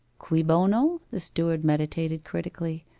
cui bono the steward meditated critically,